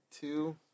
Two